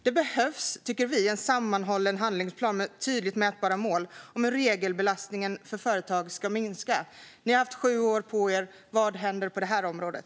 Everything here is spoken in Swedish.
Det behövs, tycker vi, en sammanhållen handlingsplan med tydligt mätbara mål och minskad regelbelastning för företag. Ni har haft sju år på er. Vad händer på det här området?